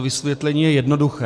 Vysvětlení je jednoduché.